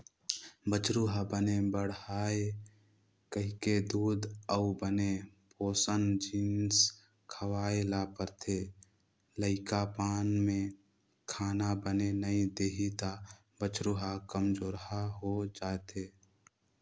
बछरु ह बने बाड़हय कहिके दूद अउ बने पोसन जिनिस खवाए ल परथे, लइकापन में खाना बने नइ देही त बछरू ह कमजोरहा हो जाएथे